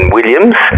Williams